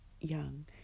young